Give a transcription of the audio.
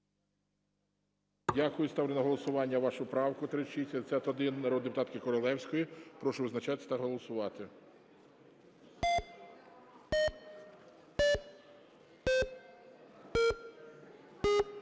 Дякую. Ставлю на голосування вашу правку, 3651, народної депутатки Королевської. Прошу визначатись та голосувати.